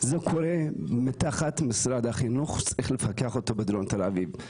זה קורה מתחת למשרד החינוך שצריך לפקח על זה בדרום תל אביב,